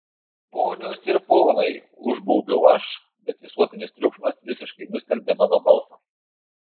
ponios ir ponai užbaubiau aš bet visuotinis triukšmas visiškai nustelbė mano balsą